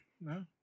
No